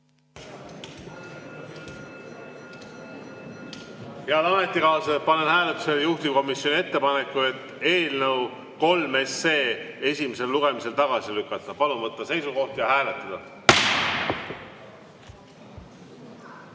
ametikaaslased, panen hääletusele juhtivkomisjoni ettepaneku eelnõu nr 3 esimesel lugemisel tagasi lükata. Palun võtta seisukoht ja hääletada!